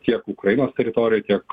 tiek ukrainos teritorijoj tiek